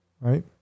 right